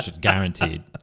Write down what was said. guaranteed